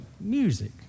music